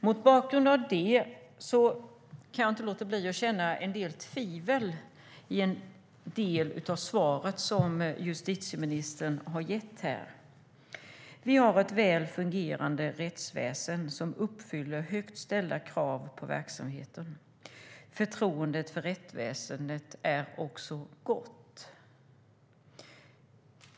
Jag kan inte låta bli att känna en del tvivel inför det svar som justitieministern har gett här. "Vi har ett väl fungerande rättsväsen som uppfyller högt ställda krav på verksamheten. Förtroendet för rättsväsendet är också gott."